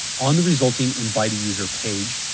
on the resulting invite a user page,